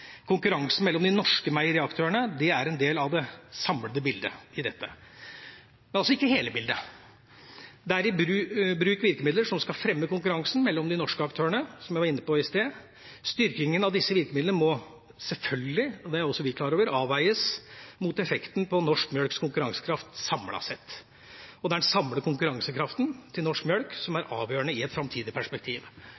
Konkurransen mellom de norske meieriaktørene er en del av det samlede bildet. Det er altså ikke hele bildet. Det er i bruk virkemidler som skal fremme konkurransen mellom de norske aktørene, som jeg var inne på i stad. Styrkinga av disse virkemidlene må selvfølgelig – og det er også vi klar over – avveies mot effekten på norsk melks konkurransekraft samlet sett. Det er den samlede konkurransekraften til norsk melk som er avgjørende i et framtidig perspektiv.